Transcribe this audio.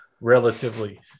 relatively